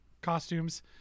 costumes